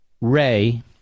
Ray